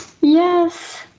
Yes